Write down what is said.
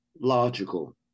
logical